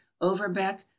Overbeck